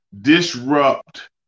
disrupt